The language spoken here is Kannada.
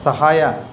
ಸಹಾಯ